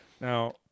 Now